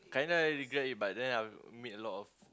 kinda regret it but then I made a lot of